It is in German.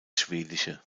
schwedische